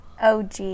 OG